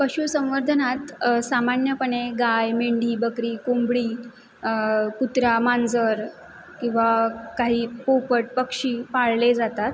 पशु संवर्धनात सामान्यपणे गाय मेंढी बकरी कोंबडी कुत्रा मांजर किंवा काही पोपट पक्षी पाळले जातात